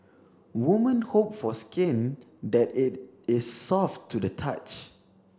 women hope for skin that it is soft to the touch